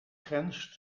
grens